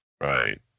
Right